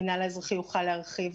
המינהל האזרחי יוכל להרחיב.